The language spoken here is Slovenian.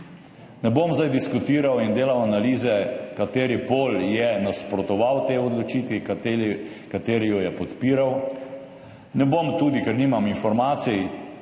Ne bom zdaj diskutiral in delal analize, kateri pol je nasprotoval tej odločitvi, kateri jo je podpiral. Ne bom tudi, ker nimam informacij,